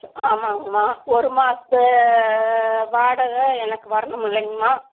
சேரி ஆமாங்கம்மா ஒரு மாதத்து வாடகை எனக்கு வரணும் இல்லங்கம்மா